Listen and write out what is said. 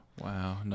Wow